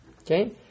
Okay